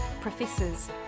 professors